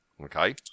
Okay